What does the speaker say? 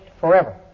forever